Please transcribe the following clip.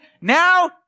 now